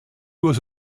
was